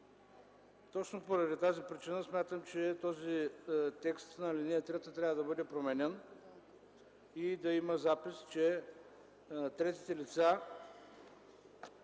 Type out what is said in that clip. Точно поради тази причина смятам, че този текст на ал. 3 трябва да бъде променен и да има запис, че третите лица